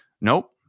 Nope